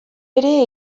ere